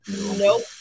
Nope